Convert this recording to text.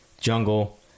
jungle